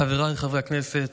חבריי חברי הכנסת,